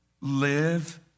live